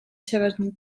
tiverton